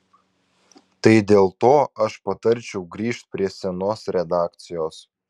tai dėl to aš patarčiau grįžt prie senos redakcijos